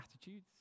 attitudes